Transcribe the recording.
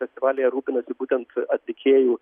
festivalyje rūpinasi būtent atlikėjų